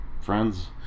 friends